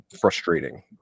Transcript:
frustrating